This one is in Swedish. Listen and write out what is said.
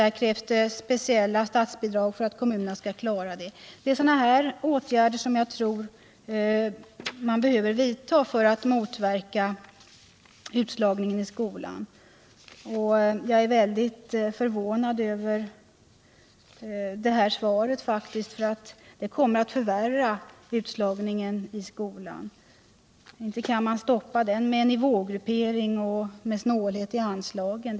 Det krävs speciella statsbidrag för att kommunerna skall klara det. Det är sådana här åtgärder jag tror att man behöver vidta för att motverka utslagningen i skolan. Jag är mycket förvånad över svaret. De åtgärder som där aviseras kommer att förvärra utslagningen i skolan. Inte kan man stoppa den med en nivågruppering och med snålhet i anslagen!